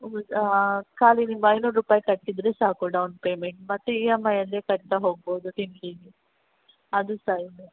ಒಂಬತ್ತು ಹಾಂ ಕಾಲಿ ನಿಮ್ಮ ಐನೂರು ರೂಪಾಯಿ ಕಟ್ಟಿದರೆ ಸಾಕು ಡೌನ್ ಪೇಮಂಟ್ ಮತ್ತೇ ಈ ಎಮ್ ಐ ಅಲ್ಲೇ ಕಟ್ತಾ ಹೋಗ್ಬೋದು ತಿಂಗಳಿಗೆ ಅದು ಸಹ ಇದೆ